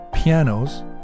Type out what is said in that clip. pianos